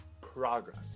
progress